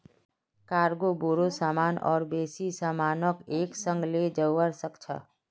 cargo बोरो सामान और बेसी सामानक एक संग ले जव्वा सक छ